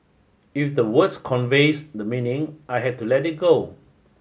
if the word conveys the meaning I had to let it go